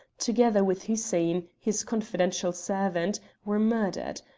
together with hussein, his confidential servant, were murdered.